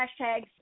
hashtags